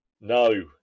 No